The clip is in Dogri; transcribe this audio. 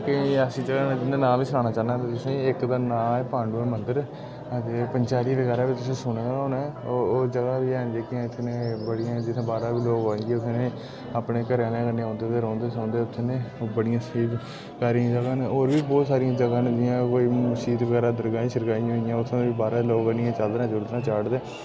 केईं ऐसियां जगह जिंदे नांऽ बी सनाना चाहन्नां मैं तुसें इक दा नांऽ ऐ पांडु मंदर ते पंचेरी बगैरा बी तुसें सुने दा होना ऐ होर जगह बी हैन जेह्कियां इत्थै न बड़ियां जित्थै बाह्रा दा लोक आइयै इत्थै न अपने घरैआह्ले कन्नै ओंदे ते रौंह्दे सौंह्दे उत्थै न बड़ियां सेवकारी जगह न होर बी बोह्त सारियां जगह न जियां कोई मस्जिद बगैरा दरगाई शरगाई होई गेइयां उत्थै बी बाह्रा लोक आनियै चादरां चुदरां चाढ़दे